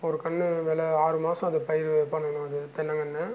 ஒரு கன்று விள ஆறு மாசம் அது பயிறு பண்ணணும் அது தென்னைங்கன்னு